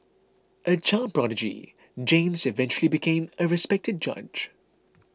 a child prodigy James eventually became a respected judge